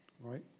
right